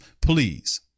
please